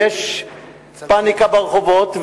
יש פניקה ברחובות,